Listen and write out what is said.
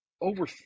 over